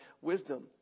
wisdom